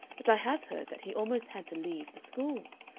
but i have heard that he almost had to leave the schools.